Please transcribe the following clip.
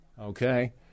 Okay